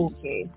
Okay